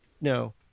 no